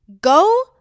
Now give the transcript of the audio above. Go